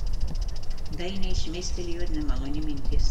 dainiui šmėstelėjo nemaloni mintis